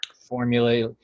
formulate